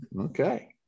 Okay